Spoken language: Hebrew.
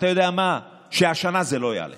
ואתה יודע מה, שהשנה זה לא יעלה